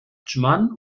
adschman